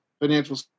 financial